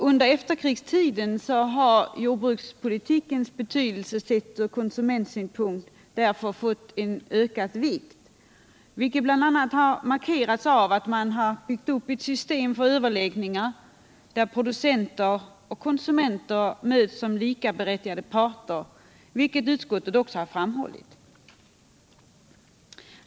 Under efterkrigstiden har jordbrukspolitiken sett ur konsumenternas synvinkel därför fått en ökad betydelse, vilket har markerats av att man byggt upp ett system för överläggningar, där producenter och konsumenter möts som likaberättigade parter. Detta framhåller också utskottet i sitt betänkande.